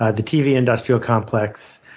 ah the tv industrial complex,